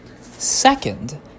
Second